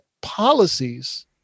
policies